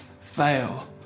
fail